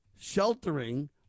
sheltering